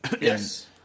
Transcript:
yes